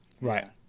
Right